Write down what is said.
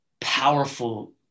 powerful